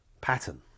pattern